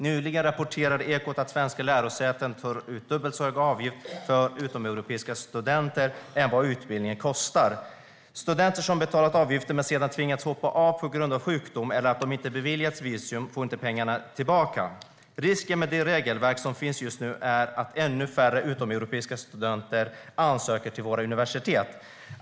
Nyligen rapporterade Ekot att svenska lärosäten tar ut en avgift för utomeuropeiska studenter som är dubbelt så hög som kostnaden för utbildningen. Studenter som betalat avgiften men sedan tvingats hoppa av på grund av sjukdom eller att de inte beviljats visum får inte pengarna tillbaka. Risken med nuvarande regelverk är att ännu färre utomeuropeiska studenter söker till våra universitet.